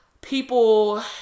people